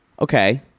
Okay